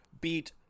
beat